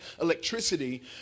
electricity